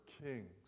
kings